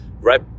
right